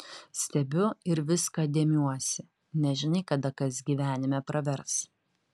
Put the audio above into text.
stebiu ir viską dėmiuosi nežinai kada kas gyvenime pravers